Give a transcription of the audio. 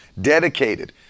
dedicated